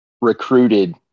recruited